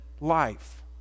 life